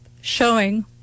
showing